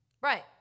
Right